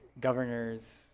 governors